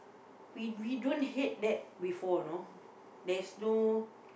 we we don't hate that before you know there's no